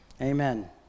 Amen